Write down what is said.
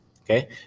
okay